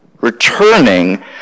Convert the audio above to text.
Returning